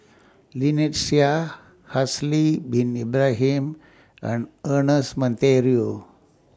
Lynnette Seah Haslir Bin Ibrahim and Ernest Monteiro